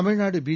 Tamil Nadu B